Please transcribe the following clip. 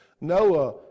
Noah